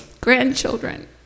grandchildren